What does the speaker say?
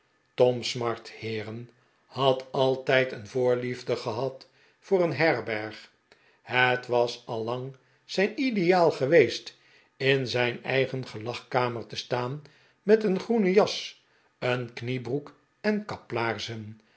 tom smart heeren had altijd een voorliefde gehad voor een herberg het was al lang zijn ideaal geweest in zijn eigen gelagkamer te staan met een groene jas een kniebroek en kaplaarzen